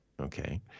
Okay